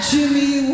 Jimmy